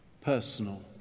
personal